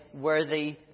worthy